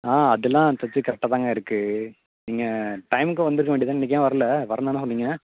ஆ அதெல்லாம் இப்போதிக்கி கரெக்டாகதாங்க இருக்குது நீங்கள் டைமுக்கு வந்துடுக்க வேண்டியது தானே இன்னைக்கு ஏன் வரல வரேன்தானே சொன்னீங்க